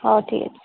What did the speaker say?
ହଁ ଠିକ ଅଛି